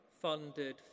funded